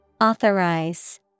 Authorize